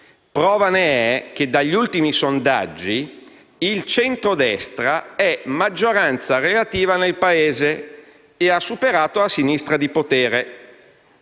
Prova ne è che, dagli ultimi sondaggi, il centrodestra è maggioranza relativa nel Paese e ha superato la sinistra di potere.